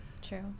true